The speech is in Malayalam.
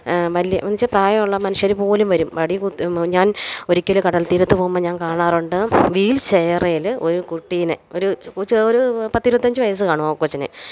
വലിയ എന്ത് ച്ചാ പ്രായമുള്ള മനുഷ്യർ പോലും വരും വടി കുത്തി ഞാൻ ഒരിക്കൽ കടൽ തീരത്ത് പോവുമ്പം ഞാൻ കാണാറുണ്ട് വീൽ ചെയെറേൽ ഒരു കുട്ടീനെ ഒരു ഒ ചെറു ഒരു പത്ത് ഇരുപത്തഞ്ചു വയസ്സ് കാണും ആ കൊച്ചിന്